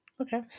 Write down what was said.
Okay